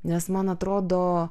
nes man atrodo